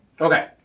Okay